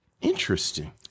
interesting